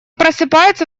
просыпается